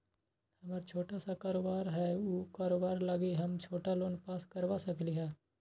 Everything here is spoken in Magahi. हमर छोटा सा कारोबार है उ कारोबार लागी हम छोटा लोन पास करवा सकली ह?